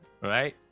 Right